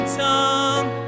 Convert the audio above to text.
tongue